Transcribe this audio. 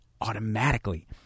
automatically